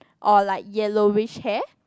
or like yellowish hair